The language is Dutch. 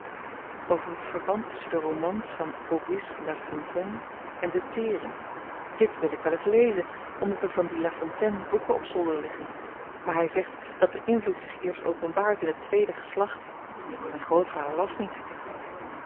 over het verband tusschen de romans van august lafontaine en de tering dit wil ik eens lezen omdat er van dien lafontaine boeken op zolder liggen maar hy zegt dat de invloed zich eerst openbaart in het tweede geslacht myn grootvader las niet